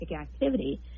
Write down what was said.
activity